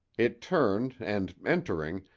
it turned and, entering,